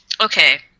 okay